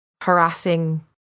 harassing